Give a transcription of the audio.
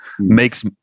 makes